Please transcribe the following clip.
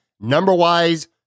Number-wise